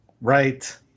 right